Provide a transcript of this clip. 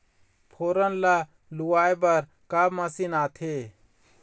फोरन ला लुआय बर का मशीन आथे?